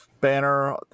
banner